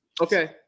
Okay